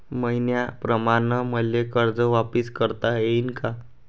मईन्याप्रमाणं मले कर्ज वापिस करता येईन का?